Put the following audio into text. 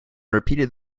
repeated